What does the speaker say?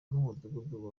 umudugudu